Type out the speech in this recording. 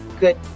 good